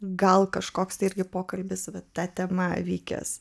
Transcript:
gal kažkoks tai irgi pokalbis va ta tema vykęs